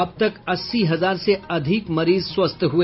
अब तक अस्सी हजार से अधिक मरीज स्वस्थ हुए